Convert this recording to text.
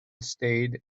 stayed